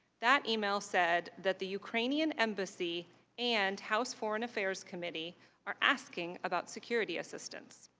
that email said that the ukrainian embassy and house foreign affairs committee are asking about security assistance.